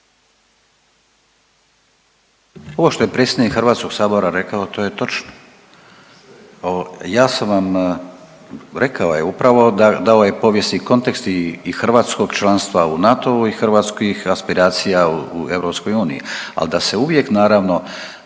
Ovo što je predsjednik HS rekao to je točno. Ja sam vam, rekao je upravo da, da ovaj povijesni kontekst i hrvatskog članstva u NATO-u i hrvatskih aspiracija u EU, al da se uvijek naravno